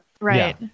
Right